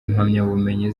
impamyabumenyi